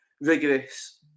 rigorous